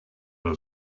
were